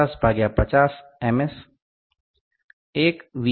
S 1 V